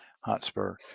Hotspur